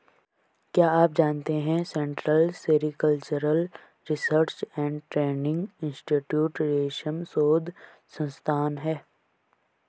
क्या आप जानते है central sericultural research and training institute रेशम शोध संस्थान है?